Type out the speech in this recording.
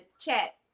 chat